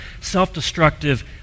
self-destructive